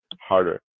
harder